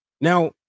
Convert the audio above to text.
Now